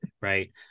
right